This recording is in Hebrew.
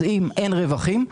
אם אין רווחים,